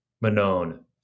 Manon